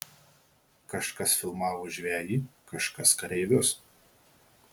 kažkas filmavo žvejį kažkas kareivius